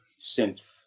synth